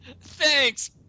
Thanks